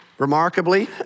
Remarkably